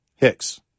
Hicks